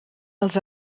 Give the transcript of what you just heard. els